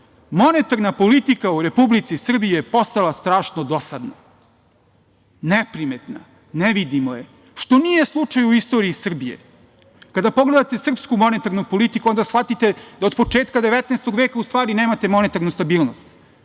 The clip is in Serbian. Monetarna politika u Republici Srbije je postala strašno dosadna, neprimetna, ne vidimo je, što nije slučaj u istoriji Srbije. Kada pogledate srpsku monetarnu politiku onda shvatite da od početka 19. veka u stvari nemate monetarnu stabilnost.